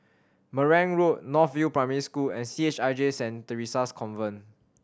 Marang Road North View Primary School and C H I J Saint Theresa's Convent